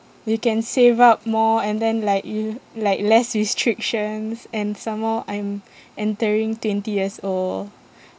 you can save up more and then like you like less restrictions and some more I'm entering twenty years old